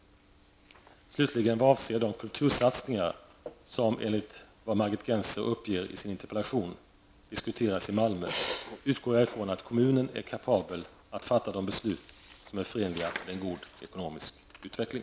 Slutligen vad avser de kultursatsningar som enligt vad Margit Gennser uppger i sin interpellation diskuteras i Malmö utgår jag från att kommunen är kapabel att fatta de beslut som är förenliga med en god ekonomisk utveckling.